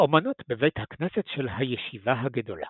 האומנות בבית הכנסת של הישיבה הגדולה